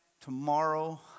tomorrow